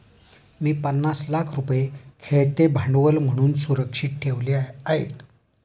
मी पन्नास लाख रुपये खेळते भांडवल म्हणून सुरक्षित ठेवले आहेत